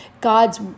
God's